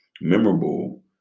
memorable